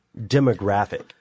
demographic